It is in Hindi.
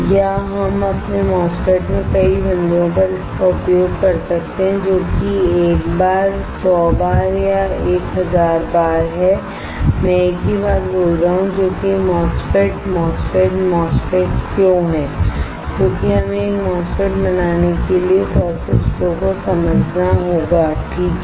या हम अपने MOSFET में कई बिंदुओं पर इसका उपयोग कर सकते हैं जो कि 1 बार 100 बार 1000 बार है मैं एक ही बात बोल रहा हूं जो कि MOSFET MOSFET MOSFET क्यों है क्योंकि हमें एक MOSFET बनाने के लिए प्रोसेस फ्लो को समझना होगा ठीक है